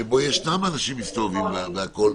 שיש אנשים מסתובבים והכול,